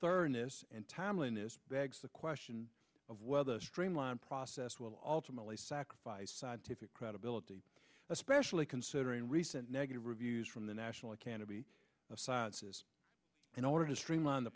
timeliness begs the question of whether streamlined process will ultimately sacrifice scientific credibility especially considering recent negative reviews from the national academy of sciences in order to streamline the